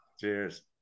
Cheers